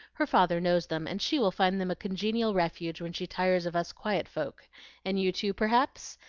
her father knows them, and she will find them a congenial refuge when she tires of us quiet folk and you too, perhaps?